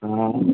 हा